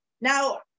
Now